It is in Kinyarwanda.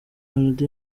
melody